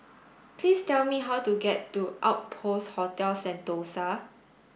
please tell me how to get to Outpost Hotel Sentosa